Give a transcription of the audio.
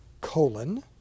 colon